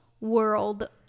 world